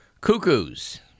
Cuckoos